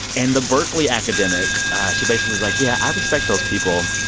and the berkeley academic she basically was like, yeah, i respect those people.